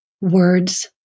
words